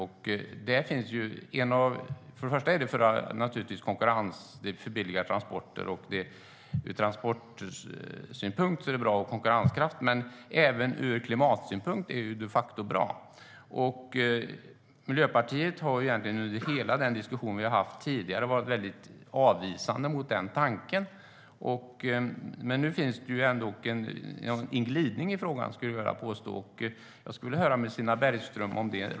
Det är naturligtvis bra ur transportsynpunkt och för konkurrenskraften eftersom det leder till billigare transporter. Men det är de facto bra även ur klimatsynpunkt. Miljöpartiet har under hela den diskussion som vi har haft tidigare varit avvisande mot den tanken. Men jag skulle vilja påstå att det nu finns en glidning i frågan. Är det rätt uppfattat, Stina Bergström?